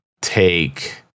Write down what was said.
take